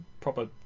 proper